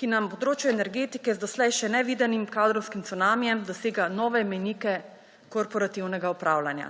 ki na področju energetike z doslej še nevidenim kadrovskim cunamijem dosega nove mejnike korporativnega upravljanja.